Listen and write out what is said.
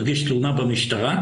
להגיש תלונה במשטרה,